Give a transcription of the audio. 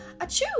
Achoo